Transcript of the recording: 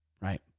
right